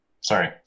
sorry